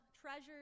treasures